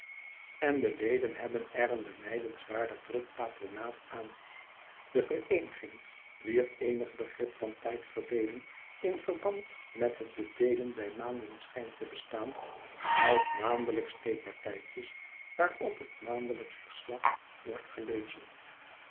en de leden hebben er een benijdenswaardig druk patronaat aan de vereeniging wier eenig begrip vantijdverdeelingin verband met het bed eel en bij maanden schijnt te bestaan houdt maandelijksche theepartijtjes waarop het maandelijksch verslag wordt gelezen